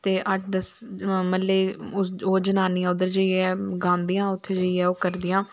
ते अट्ठ दस म्हल्ले ओह् जनानियां उद्रै जेइये गांदियां उत्थे जेइयै ओह् करदियां